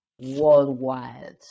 worldwide